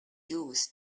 use